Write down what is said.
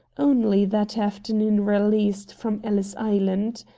only that afternoon released from ellis island.